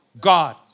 God